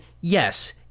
Yes